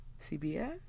CBS